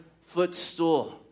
footstool